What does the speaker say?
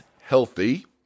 healthy